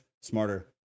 smarter